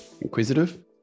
inquisitive